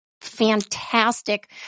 fantastic